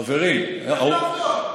חברים, איפה עובדות?